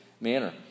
manner